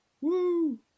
Woo